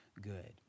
good